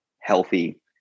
healthy